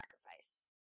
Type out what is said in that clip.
sacrifice